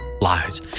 Lies